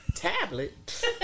Tablet